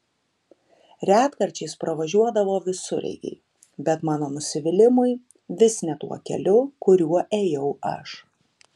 retkarčiais pravažiuodavo visureigiai bet mano nusivylimui vis ne tuo keliu kuriuo ėjau aš